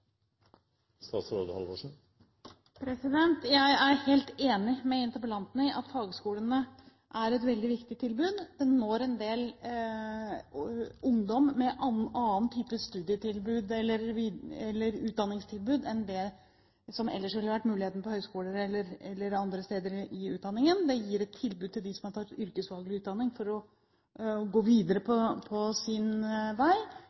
helt enig med interpellanten i at fagskolene er et veldig viktig tilbud. Det når en del ungdom med annen type studietilbud, eller utdanningstilbud, enn det det ellers ville vært mulighet for på høyskoler eller andre steder i utdanningen. Det gir et tilbud til dem som har tatt yrkesfaglig utdanning om å gå videre på sin vei,